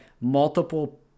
multiple